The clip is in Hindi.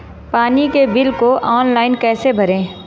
पानी के बिल को ऑनलाइन कैसे भरें?